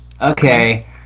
okay